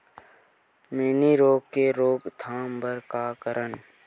मैनी रोग के रोक थाम बर का करन?